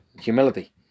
humility